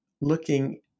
looking